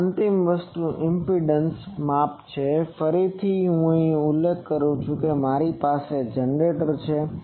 આ અંતિમ વસ્તુ ઈમ્પીડંસ અવબાધ impedance માપ છે ફરીથી હું તેનો ઉલ્લેખ કરું છું કે મારી પાસે જનરેટર છે